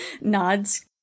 nods